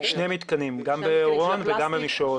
שני מתקנים, גם באורון וגם במישור רותם.